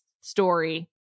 story